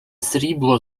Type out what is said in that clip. срібло